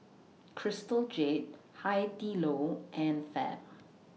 Crystal Jade Hai Di Lao and Fab